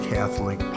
Catholic